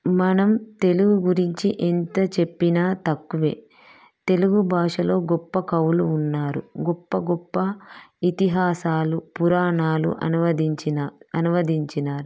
మనం తెలుగు గురించి ఎంత చెప్పినా తక్కువే తెలుగు భాషలో గొప్ప కవులు ఉన్నారు గొప్ప గొప్ప ఇతిహాసాలు పురాణాలూ అనువదించిన అనువదించిన